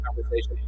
conversation